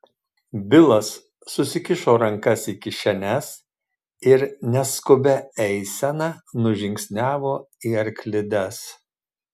bilas susikišo rankas į kišenes ir neskubia eisena nužingsniavo į arklides